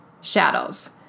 shadows